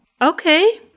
Okay